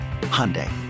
Hyundai